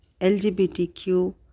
LGBTQ